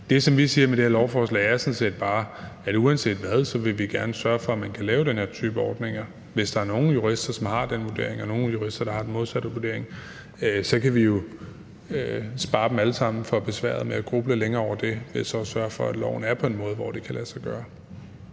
Det, som vi siger med det her lovforslag, er sådan set bare, at uanset hvad, vil vi gerne sørge for, at man kan lave den her type ordninger. Hvis der er nogle jurister, som har foretaget den vurdering, eller nogle jurister, som har foretaget den modsatte vurdering, så kan vi jo spare dem alle sammen for besværet med at gruble længere over det ved at sørge for, at loven er sådan, at det kan lade sig gøre.